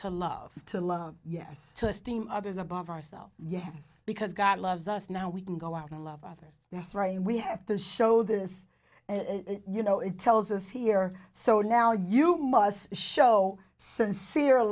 to love to love yes to esteem others above ourselves yes because god loves us now we can go out and love others that's right and we have to show this you know it tells us here so now you must show sincere